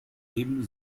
eben